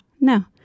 no